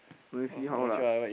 no need see how lah